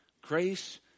grace